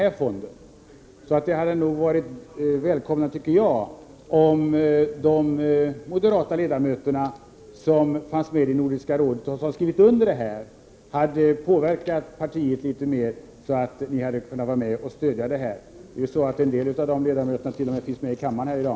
Jag tycker att det hade varit välkommet om de moderata ledamöterna som var med i Nordiska rådet och skrev under detta hade påverkat partiet litet mera så att ni hade varit med och stött fonden. En del av ledamöterna sitter t.o.m. här i kammaren i dag.